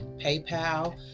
paypal